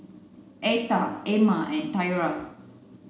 Atha Emmer and Tyra